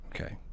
Okay